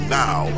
now